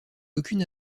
aucune